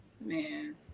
man